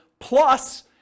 plus